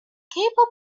capable